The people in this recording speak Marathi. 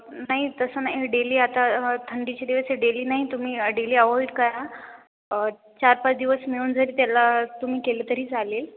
नाही तसं नाही डेली आता थंडीचे दिवस आहे डेली नाही तुम्ही डेली अवॉइड करा चार पाच दिवस मिळून जरी त्याला तुम्ही केलं तरी चालेल